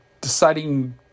deciding